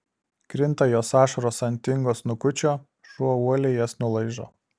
krinta jos ašaros ant tingo snukučio šuo uoliai jas nulaižo